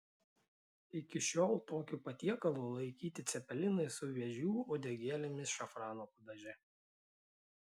iki šiol tokiu patiekalu laikyti cepelinai su vėžių uodegėlėmis šafrano padaže